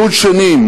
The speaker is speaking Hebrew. גדוד שני.